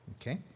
Okay